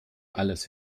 alles